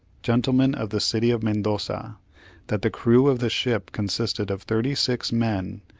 gentleman, of the city of mendoza that the crew of the ship consisted of thirty-six men,